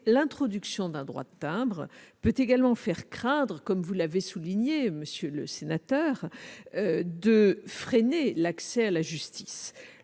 L'introduction d'un droit de timbre peut également faire craindre, comme vous l'avez souligné, monsieur le sénateur, de freiner l'accès à la justice.